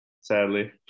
Sadly